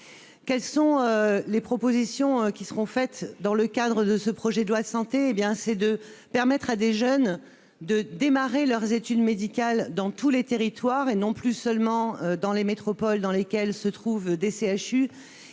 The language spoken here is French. Quelles propositions seront faites dans le cadre du projet de loi Santé ? Il s'agit de permettre à des jeunes de démarrer leurs études médicales dans tous les territoires, et non plus seulement dans les métropoles où se situent des CHU.